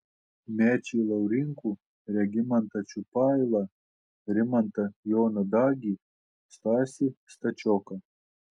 mečį laurinkų regimantą čiupailą rimantą joną dagį stasį stačioką